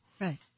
Right